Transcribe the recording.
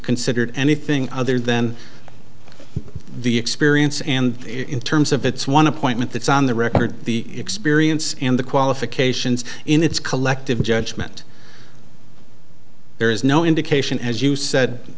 considered anything other than the experience and in terms of its one appointment that's on the record the experience and the qualifications in its collective judgment there is no indication as you said